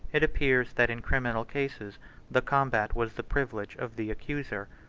it appears that in criminal cases the combat was the privilege of the accuser,